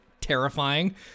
terrifying